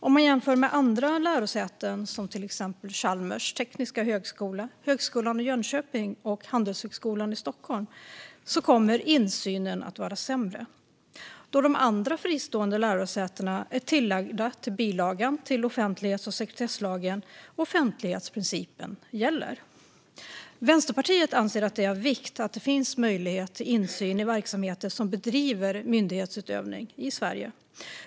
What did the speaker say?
Om man jämför med andra lärosäten, som till exempel Chalmers tekniska högskola, Högskolan i Jönköping och Handelshögskolan i Stockholm, kommer insynen att vara sämre, då de andra fristående lärosätena är tillagda till bilagan till offentlighets och sekretesslagen, vilket innebär att offentlighetsprincipen gäller. Vänsterpartiet anser att det är av vikt att det finns möjlighet till insyn i verksamheter som bedriver myndighetsutövning i Sverige.